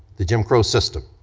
the jim crow system.